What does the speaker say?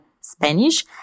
Spanish